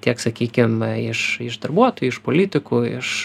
tiek sakykim iš iš darbuotojų iš politikų iš